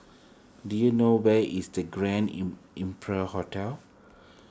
do you know where is the Grand Imperial Hotel